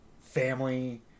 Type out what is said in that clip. family